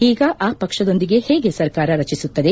ಈಗ ಆ ಪಕ್ಷದೊಂದಿಗೆ ಹೇಗೆ ಸರ್ಕಾರ ರಚಿಸುತ್ತದೆ